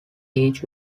each